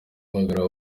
bahamagara